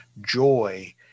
joy